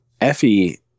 effie